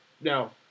no